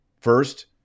first